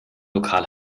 lokal